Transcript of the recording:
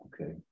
Okay